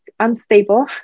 unstable